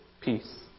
peace